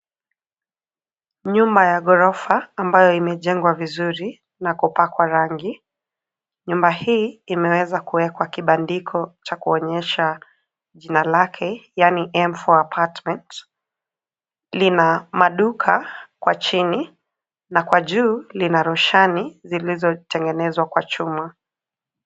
Nyuma ya ghorofa ambayo imejengwa vizuri na kupakwa rangi , nyumba hii imeweza kuwekwa kibandiko cha kuonyesha jina lake yaani M4 Apartments lina maduka kwa chini, na kwa juu lina roshani zilizotengenezwa kwa chuma.